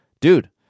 dude